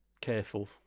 careful